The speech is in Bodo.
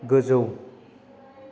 गोजौ